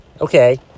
Okay